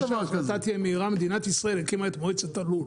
בשביל שההחלטה תהיה מהירה מדינת ישראל הקימה את מועצת הלול.